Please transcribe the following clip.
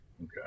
Okay